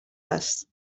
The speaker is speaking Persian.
است